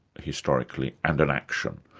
historically, and an action.